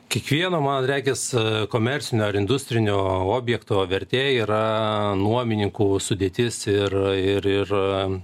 kiekvieno man regis komercinio ar industrinio objekto vertė yra nuomininkų sudėtis ir